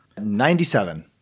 Ninety-seven